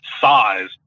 size